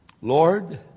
Lord